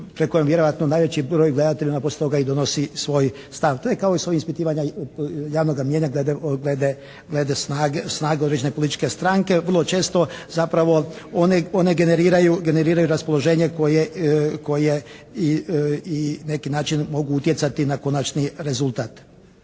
pred kojom vjerojatno najveći broj gledatelja poslije toga i donosi svoj stav. To je kao …/Govornik se ne razumije./… ispitivanja javnoga mnijenja glede snage određene političke stranke. Vrlo često zapravo one generiraju raspoloženje koje i neki način mogu utjecati na konačni rezultat.